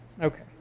Okay